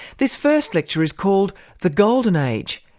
this first lecture is called the golden age.